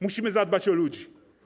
Musimy zadbać o ludzi.